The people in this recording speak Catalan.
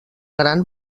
gran